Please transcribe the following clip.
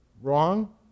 wrong